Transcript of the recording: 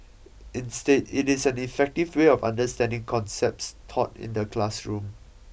instead it is an effective way of understanding concepts taught in the classroom